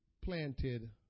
planted